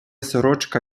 сорочка